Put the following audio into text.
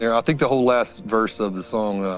yeah think the whole last verse of the song, ah